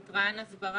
חבר הכנסת מיקי לוי?